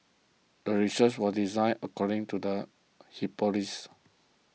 the research was designed according to the hypothesis